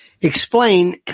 explain